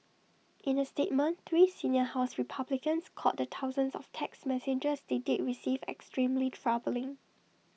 in A statement three senior house republicans called the thousands of text messages they did receive extremely troubling